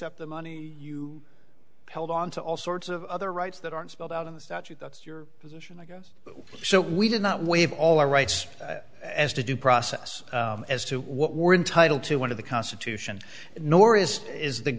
up the money you held on to all sorts of other rights that aren't spelled out in the statute books your position i guess so we did not waive all our rights as to due process as to what we're entitled to one of the constitution nor is is the